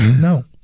No